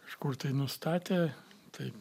kažkur tai nustatė tai